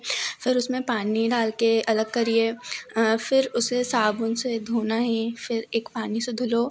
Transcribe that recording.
फिर उसमें पानी डाल के अलग करिए फिर उसे साबुन से धोना ही फिर इक पानी से धुलो